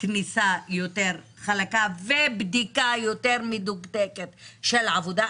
כניסה יותר חלקה ובדיקה יותר מדוקדקת של עבודה.